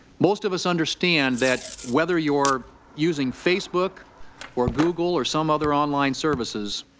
most of us understand that whether you are using facebook or google or some other on-line services,